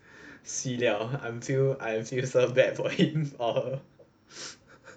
si liao until I feel so bad for him or her